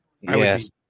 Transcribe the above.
yes